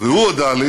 והוא הודה לי